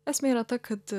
esmė yra ta kad